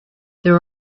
there